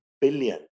billion